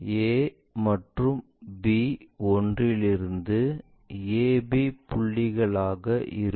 a மற்றும் b ஒன்றிணைந்து a b புள்ளிகளாக இருக்கும்